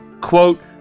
Quote